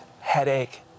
headache